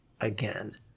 again